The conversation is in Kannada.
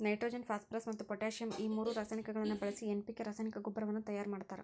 ನೈಟ್ರೋಜನ್ ಫಾಸ್ಫರಸ್ ಮತ್ತ್ ಪೊಟ್ಯಾಸಿಯಂ ಈ ಮೂರು ರಾಸಾಯನಿಕಗಳನ್ನ ಬಳಿಸಿ ಎನ್.ಪಿ.ಕೆ ರಾಸಾಯನಿಕ ಗೊಬ್ಬರವನ್ನ ತಯಾರ್ ಮಾಡ್ತಾರ